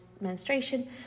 menstruation